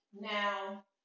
Now